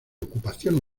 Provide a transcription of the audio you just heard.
ocupación